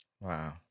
Wow